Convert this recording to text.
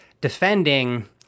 defending